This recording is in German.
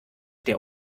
der